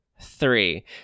Three